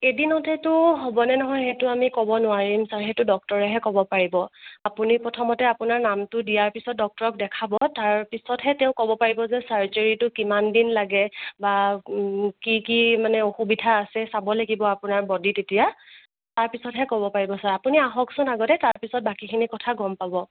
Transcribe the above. এদিনতেটো হ'বনে নহয় সেইটো আমি ক'ব নোৱাৰিম কাৰণ সেইটো ডক্টৰেহে ক'ব পাৰিব আপুনি প্ৰথমতে আপোনাৰ নামটো দিয়াৰ পিছত ডক্টৰক দেখাব তাৰপিছতহে তেওঁ ক'ব পাৰিব যে চাৰ্জাৰীটো কিমান দিন লাগে বা কি কি মানে অসুবিধা আছে চাব লাগিব আপোনাৰ বডীত এতিয়া তাৰপিছতহে ক'ব পাৰিব ছাৰ আপুনি আহকছোন আগতে তাৰপিছত বাকীখিনি কথা গম পাব